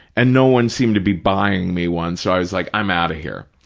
and no one seemed to be buying me one, so i was like, i'm out of here.